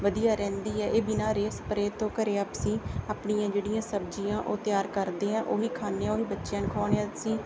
ਵਧੀਆ ਰਹਿੰਦੀ ਹੈ ਇਹ ਬਿਨਾਂ ਰੇਹ ਸਪਰੇਹ ਤੋਂ ਘਰੇ ਆਪ ਅਸੀਂ ਆਪਣੀਆਂ ਜਿਹੜੀਆਂ ਸਬਜ਼ੀਆਂ ਉਹ ਤਿਆਰ ਕਰਦੇ ਹਾਂ ਉਹੀ ਖਾਂਦੇ ਹਾਂ ਉਹੀ ਬੱਚਿਆਂ ਨੂੰ ਖਵਾਉਂਦੇ ਹਾਂ ਅਸੀਂ